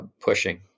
pushing